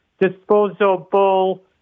disposable